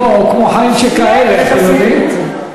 כמו "חיים שכאלה", אתם יודעים?